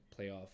playoff